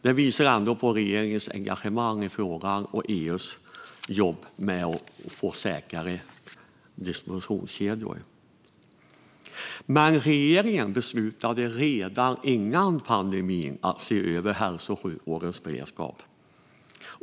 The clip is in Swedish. Det visar på regeringens engagemang i frågan och EU:s jobb med säkrare distributionskedjor. Regeringen beslutade redan före pandemin att se över hälso och sjukvårdens beredskap.